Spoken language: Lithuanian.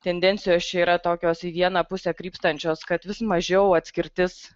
tendencijos čia yra tokios į vieną pusę krypstančios kad vis mažiau atskirtis